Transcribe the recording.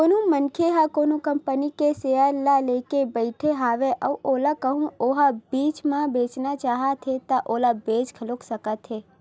कोनो मनखे ह कोनो कंपनी के सेयर ल लेके बइठे हवय अउ ओला कहूँ ओहा बीच म बेचना चाहत हे ता ओला बेच घलो सकत हे